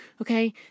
Okay